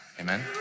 Amen